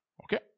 Okay